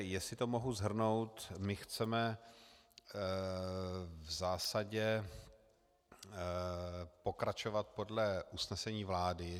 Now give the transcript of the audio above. Jestli to mohu shrnout, my chceme v zásadě pokračovat podle usnesení vlády.